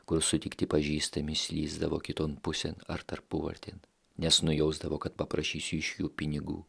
kol sutikti pažįstami slysdavo kiton pusėn ar tarpuvartėn nes nujausdavo kad paprašysiu iš jų pinigų